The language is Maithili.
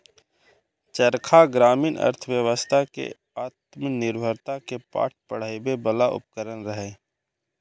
चरखा ग्रामीण अर्थव्यवस्था कें आत्मनिर्भरता के पाठ पढ़बै बला उपकरण रहै